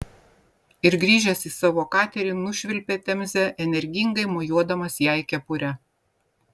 ir grįžęs į savo katerį nušvilpė temze energingai mojuodamas jai kepure